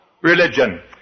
religion